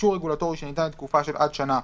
(א)אישור רגולטורי שניתן לתקופה של עד שנה,